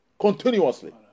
Continuously